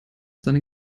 seine